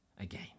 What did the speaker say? again